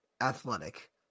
athletic